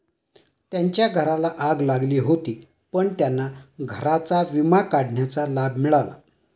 त्यांच्या घराला आग लागली होती पण त्यांना घराचा विमा काढण्याचा लाभ मिळाला